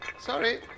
Sorry